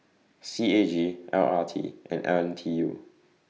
C A G L R T and L N T U